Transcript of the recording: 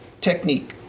Technique